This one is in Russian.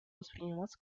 восприниматься